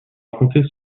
raconter